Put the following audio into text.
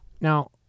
Now